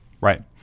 Right